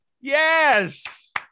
Yes